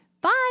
Bye